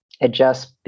Adjust